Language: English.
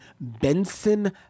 Benson